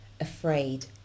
afraid